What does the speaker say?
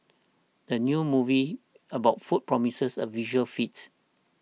the new movie about food promises a visual feat